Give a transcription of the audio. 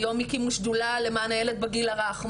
היום הקימו שדולה למען הילד בגיל הרך,